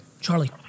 Charlie